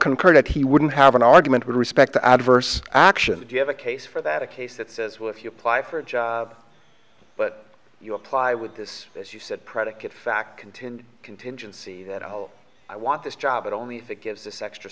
concur that he wouldn't have an argument with respect to adverse action if you have a case for that a case that says well if you apply for jobs but you apply with this as you said predicate fact continue contingency that whole i want this job but only if it gives us extra